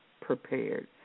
prepared